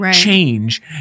change